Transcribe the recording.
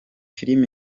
film